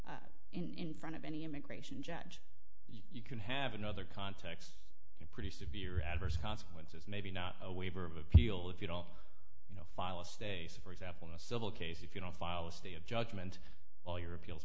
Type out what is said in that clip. in front of any immigration judge you can have another context and pretty severe adverse consequences maybe not a waiver of appeal if you don't you know file a stay so for example in a civil case if you don't file was the a judgment all your appeals